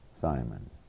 Simon